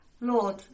Lord